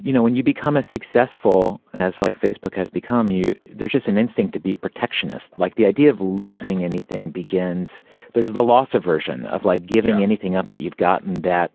you know when you become as successful as like facebook has become. there's just an instinct to be protectionist. like the idea of losing anything begins there's the loss aversion of like giving anything up that you've gotten that